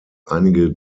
einige